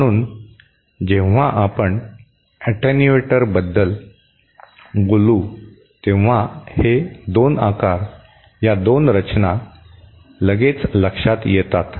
म्हणून जेव्हा आपण ऍटेन्युएटरबद्दल बोलू तेव्हा हे दोन आकार या दोन रचना लगेच लक्षात येतात